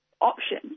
option